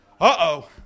Uh-oh